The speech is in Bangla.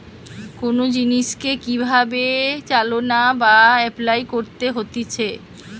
কোন জিনিসকে কি ভাবে চালনা বা এপলাই করতে হতিছে